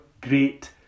great